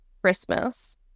Christmas